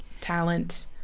talent